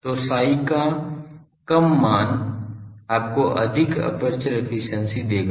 तो साई का कम मान आपको अधिक एपर्चर एफिशिएंसी देगा